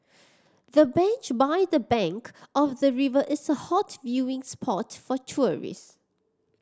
the bench by the bank of the river is a hot viewing spot for tourist